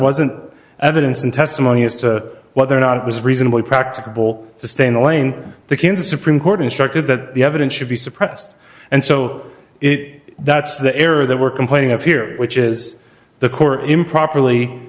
wasn't evidence and testimony as to whether or not it was reasonably practicable to stay in the lane the cancer supreme court instructed that the evidence should be suppressed and so it that's the error that we're complaining of here which is the court improperly